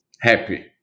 happy